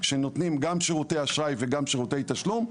שנותנים גם שירותי אשראי וגם שירותי תשלום,